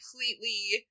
completely